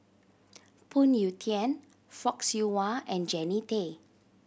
Phoon Yew Tien Fock Siew Wah and Jannie Tay